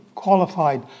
Qualified